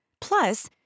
Plus